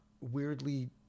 weirdly